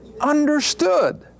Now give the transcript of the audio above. understood